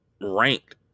ranked